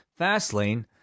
Fastlane